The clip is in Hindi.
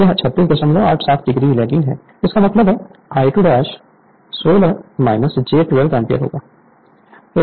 यह 3687 डिग्री लेगिंग है इसका मतलब है I2 16 j12 एंपियर होगा